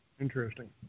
Interesting